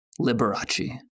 Liberace